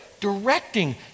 directing